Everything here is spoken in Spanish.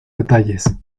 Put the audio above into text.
detalles